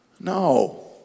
No